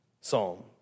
psalm